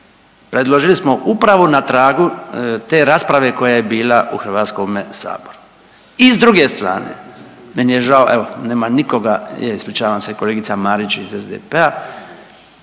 predložili smo upravo na tragu te rasprave koja je bila u HS. I s druge strane meni je žao, evo nema nikoga, je, ispričavam se, kolegica Marić iz SDP-a